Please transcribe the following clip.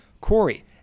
Corey